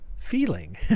feeling